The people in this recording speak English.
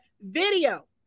video